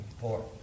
Four